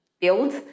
build